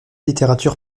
littérature